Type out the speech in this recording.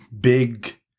big